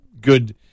good